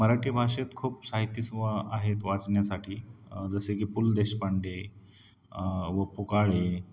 मराठी भाषेत खूप साहित्यिक व आहेत वाचण्यासाठी जसे की पु ल देशपांडे व पु काळे